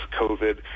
COVID